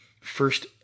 First